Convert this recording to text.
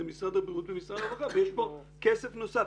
זה משרד הבריאות ומשרד הרווחה ויש כאן כסף נוסף.